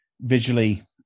visually